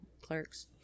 clerks